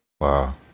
wow